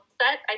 set